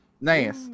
Nice